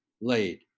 laid